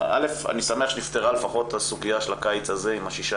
אני שמח שנפתרה לפחות הסוגיה של הקיץ הזה עם שישה